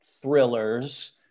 thrillers